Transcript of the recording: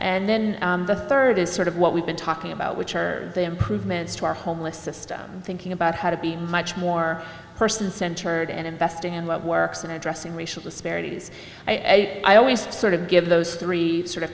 and then the third is sort of what we've been talking about which are the improvements to our homeless system thinking about how to be much more person centered and investing in what works and addressing racial disparities i always sort of give those three sort of